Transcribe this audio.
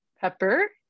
pepper